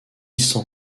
sans